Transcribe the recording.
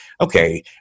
Okay